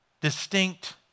distinct